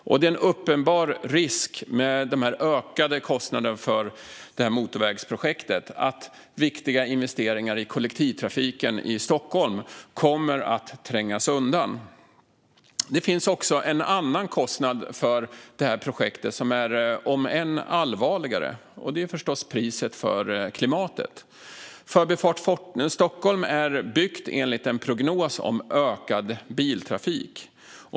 Det finns en uppenbar risk med den ökade kostnaden för motorvägsprojektet: att viktiga investeringar i kollektivtrafiken i Stockholm kommer att trängas undan. Det finns också en annan och än allvarligare kostnad för det här projektet. Det är förstås priset för klimatet. Förbifart Stockholm är byggt enligt en prognos om ökad biltrafik.